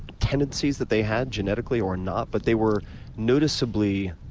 tendencies that they had genetically or not but they were noticeably,